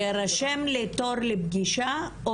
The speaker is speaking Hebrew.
להירשם לתור לפגישה?